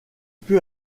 peut